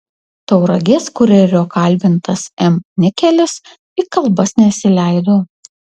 tauragės kurjerio kalbintas m nikelis į kalbas nesileido